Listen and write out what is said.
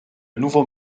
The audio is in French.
nouveau